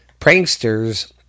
pranksters